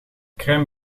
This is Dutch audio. crème